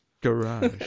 Garage